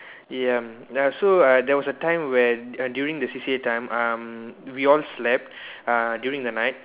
ya uh so uh there was a time when err during the C_C_A time um we all slept uh during the night